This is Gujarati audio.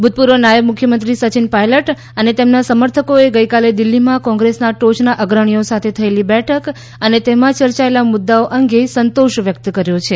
ભૂતપૂર્વ નાયબ મુખ્યમંત્રી સચિન પાયલટ અને તેમના સમર્થકોએ ગઈકાલે દિલ્ફીમાં કોંગ્રેસના ટોયના અગ્રણીઓ સાથે થયેલી બેઠક અને તેમાં ચર્ચાયેલા મુદ્દાઓ અંગે સંતોષ વ્યક્ત કર્યો છે